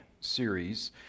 series